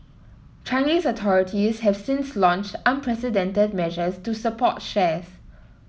Chinese authorities have since launched unprecedented measures to support shares